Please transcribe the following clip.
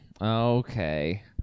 Okay